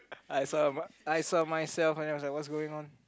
I saw m~ I saw myself and was like what's going on